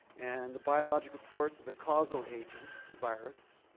and the biological source of the causal agent, the virus,